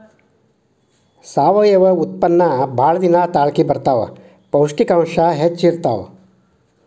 ಸಾವಯುವ ಉತ್ಪನ್ನಾ ಬಾಳ ದಿನಾ ತಾಳಕಿ ಬರತಾವ, ಪೌಷ್ಟಿಕಾಂಶ ಹೆಚ್ಚ ಇರತಾವ